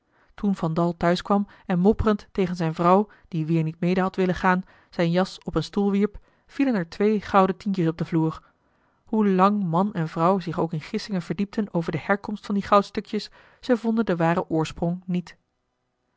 toen van dal thuis kwam en mopperend tegen zijne vrouw die weer niet mede had willen gaan zijne jas op een stoel wierp vielen er twee gouden tientjes op den vloer hoe lang man en vrouw zich ook in gissingen verdiepten over de herkomst van die goudstukjes zij vonden den waren oorsprong niet